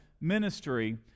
ministry